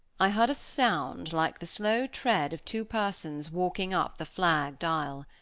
i heard a sound like the slow tread of two persons walking up the flagged aisle.